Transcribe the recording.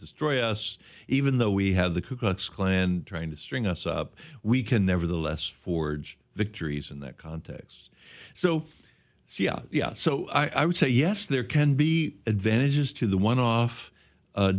destroy us even though we have the ku klux klan trying to string us up we can nevertheless forge victories in that context so yeah so i would say yes there can be advantages to the one off